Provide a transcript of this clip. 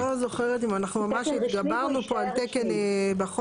אני לא זוכרת אם אנחנו ממש התגברנו פה על תקן בחוק.